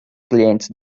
clientes